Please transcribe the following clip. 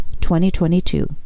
2022